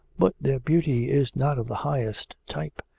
but their beauty is not of the highest type.